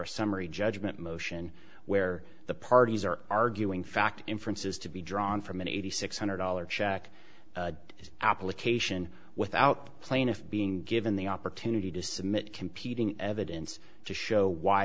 a summary judgment motion where the parties are arguing fact inferences to be drawn from an eighty six hundred dollars check to his application without the plaintiff being given the opportunity to submit competing evidence to show why